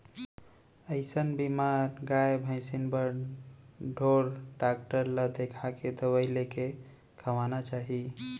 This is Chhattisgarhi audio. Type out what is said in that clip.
अइसन बेमार गाय भइंसी बर ढोर डॉक्टर ल देखाके दवई लेके खवाना चाही